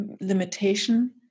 limitation